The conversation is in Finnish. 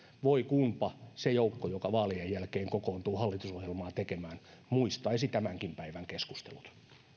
voi kunpa se joukko joka vaalien jälkeen kokoontuu hallitusohjelmaa tekemään muistaisi tämänkin päivän keskustelut